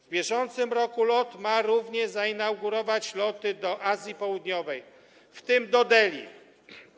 W bieżącym roku LOT ma również zainaugurować loty do Azji Południowej, w tym do Delhi.